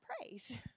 praise